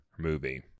movie